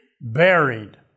buried